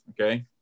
Okay